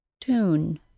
Tune